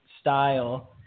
style